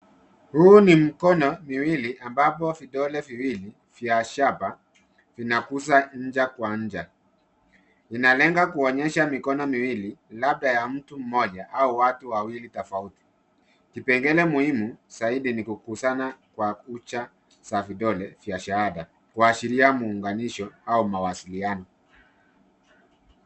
Huu ni mkono miwili, ambapo vidole viwili vya shaba vinaguza ncha kwa ncha. Zinalenga kuonyesha mikono miwili, labda ya mtu mmoja au watu wawili tofauti. Kipengele muhimu zaidi ni kuguzana kwa kucha za vidole vya shahada, kuashiria muunganisho au mawasiliano.